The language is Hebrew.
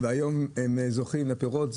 והיום הם זוכים לפירות.